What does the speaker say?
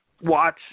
watch